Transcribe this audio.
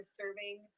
serving